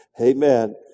Amen